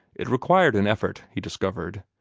it required an effort, he discovered,